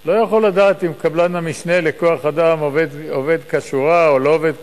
לא יכול לדעת אם קבלן המשנה לכוח-אדם עובד כשורה או לא עובד כשורה.